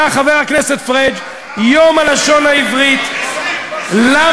היה, חבר הכנסת פריג', יום הלשון העברית, למה?